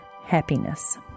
Happiness